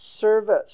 service